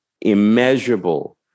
immeasurable